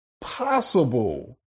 possible